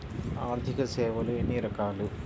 ఆర్థిక సేవలు ఎన్ని రకాలు?